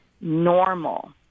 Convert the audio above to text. normal